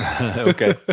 Okay